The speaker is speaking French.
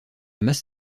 masse